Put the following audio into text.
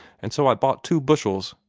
and so i bought two bushels.